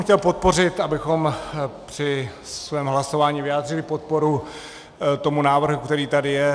Chtěl bych podpořit, abychom při svém hlasování vyjádřili podporu tomu návrhu, který tady je.